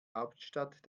hauptstadt